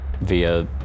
Via